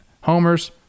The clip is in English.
homers